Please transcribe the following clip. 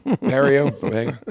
Mario